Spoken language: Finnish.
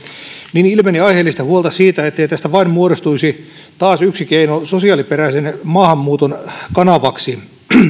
niin ilmeni aiheellista huolta siitä ettei tästä vain muodostuisi taas yksi keino sosiaaliperäisen maahanmuuton kanavaksi